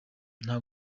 nta